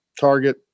Target